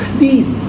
Please